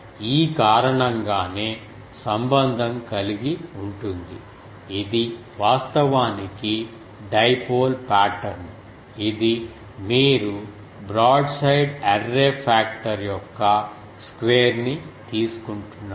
ఈ కారణంగానే సంబంధం కలిగి ఉంటుంది ఇది వాస్తవానికి డైపోల్ పాటర్న్ ఇది మీరు బ్రాడ్సైడ్ అర్రే పాక్టర్ యొక్క స్క్వేర్ ని తీసుకుంటున్నారు